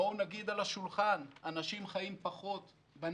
בואו נגיד על השולחן: אנשים חיים פחות בנגב,